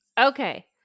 Okay